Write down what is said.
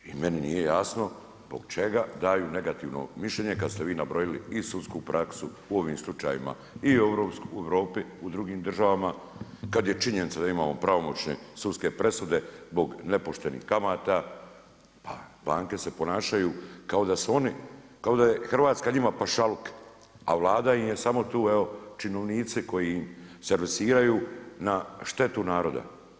I meni nije jasno zbog čega daju negativno mišljenje kad ste vi nabrojili i sudsku praksu, u ovim slučajevima i u Europi, u drugim državama, kad je činjenica da imamo pravomoćne sudske presude zbog nepoštenih kamata, a banke se ponašaju kao da su oni, kao da je Hrvatska njima pašaluk, a Vlada im je samo tu evo činovnici koji servisiraju na štetu naroda.